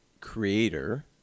creator